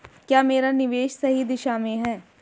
क्या मेरा निवेश सही दिशा में है?